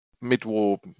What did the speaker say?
mid-war